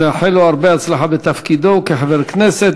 נאחל לו הרבה הצלחה בתפקידו כחבר כנסת.